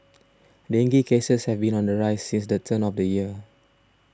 dengue cases have been on the rise since the turn of the year